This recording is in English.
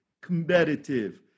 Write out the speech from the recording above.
competitive